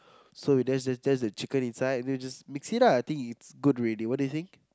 so we dash just just the chicken inside then we just mix it lah I think is good already what do you think